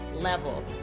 level